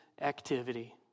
activity